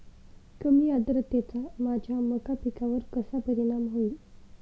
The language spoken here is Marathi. कमी आर्द्रतेचा माझ्या मका पिकावर कसा परिणाम होईल?